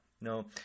no